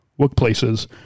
workplaces